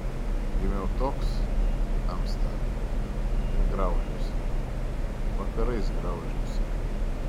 gimiau toks tamsta ir graužiuosi vakarais graužiuosi